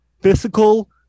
physical